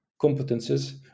competences